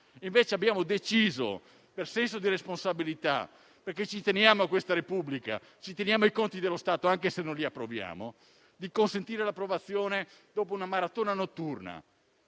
invece abbiamo deciso, per senso di responsabilità, perché ci teniamo a questa Repubblica e ci teniamo ai conti dello Stato - anche se non li approviamo - di consentire l'approvazione dopo una maratona notturna.